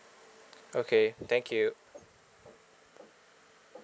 okay thank you